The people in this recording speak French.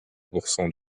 pourcent